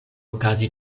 okazi